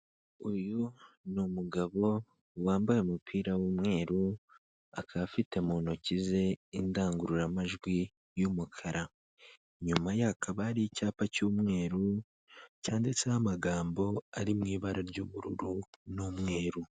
Uyu ni umugabo wambaye umupira w'umweru, akaba afite mu ntoki ze indangururamajwi y'umukara, inyuma ye hakaba hari icyapa cy'umweru, cyanditseho amagambo ari mu ibara ry'ubururu n'umweru.